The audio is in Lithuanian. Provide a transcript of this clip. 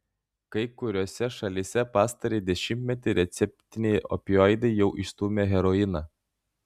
kai kuriose šalyse pastarąjį dešimtmetį receptiniai opioidai jau išstūmė heroiną